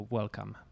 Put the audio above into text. welcome